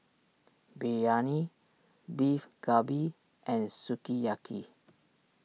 Biryani Beef Galbi and Sukiyaki